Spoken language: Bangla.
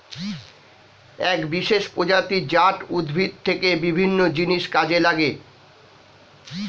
এক বিশেষ প্রজাতি জাট উদ্ভিদ থেকে বিভিন্ন জিনিস কাজে লাগে